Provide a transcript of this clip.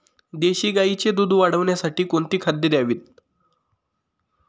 देशी गाईचे दूध वाढवण्यासाठी कोणती खाद्ये द्यावीत?